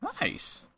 Nice